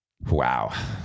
Wow